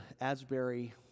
Asbury